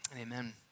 Amen